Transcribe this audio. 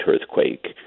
earthquake